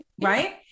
Right